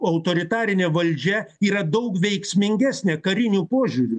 autoritarinė valdžia yra daug veiksmingesnė kariniu požiūriu